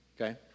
Okay